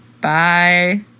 Bye